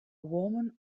woman